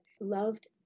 loved